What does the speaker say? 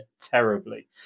terribly